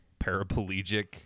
paraplegic